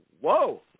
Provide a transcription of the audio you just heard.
whoa